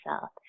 South